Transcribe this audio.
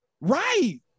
right